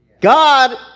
God